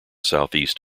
southeast